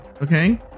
okay